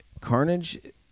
Carnage